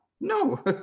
No